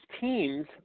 teams